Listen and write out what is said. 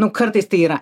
nu kartais tai yra